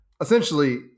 essentially